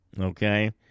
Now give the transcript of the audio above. okay